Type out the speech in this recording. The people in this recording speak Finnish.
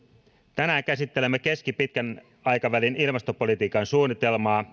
tänään käsittelemme keskipitkän aikavälin ilmastopolitiikan suunnitelmaa